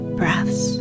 breaths